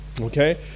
okay